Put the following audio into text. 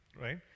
right